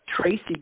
Tracy